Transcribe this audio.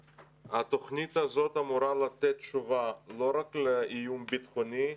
התוכנית הזאת אמורה לתת תשובה לא רק לאיום ביטחוני,